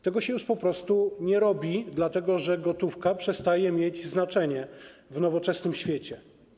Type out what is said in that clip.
Tego się już po prostu nie robi, dlatego że gotówka przestaje mieć znaczenie w nowoczesnym świecie.